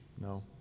No